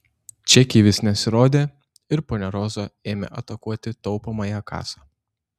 čekiai vis nesirodė ir ponia roza ėmė atakuoti taupomąją kasą